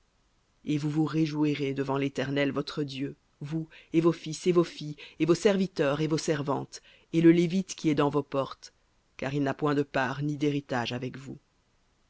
et vous vous réjouirez devant l'éternel votre dieu vous et vos fils et vos filles et vos serviteurs et vos servantes et le lévite qui est dans vos portes car il n'a point de part ni d'héritage avec vous